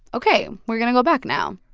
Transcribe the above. ok, we're going to go back now.